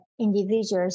individuals